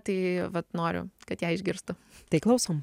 tai vat noriu kad ją išgirstų tai klausom